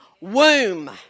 womb